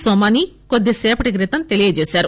సోమాని కొద్దిసేపటి క్రితం తెలిపారు